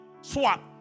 swap